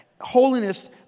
Holiness